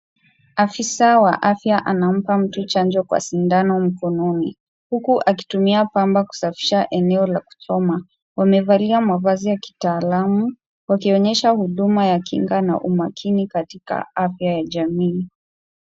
Afisa wa afya anampa mtu chanjo kwa sindano mkononi huku akitumia pamba kusafisha eneo la kuchoma. Wamevalia mavazi ya kitaalamu wakionyesha huduma ya kinga na umakini katika afya ya jamii.